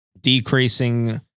decreasing